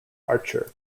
archer